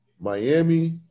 Miami